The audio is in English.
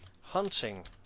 hunting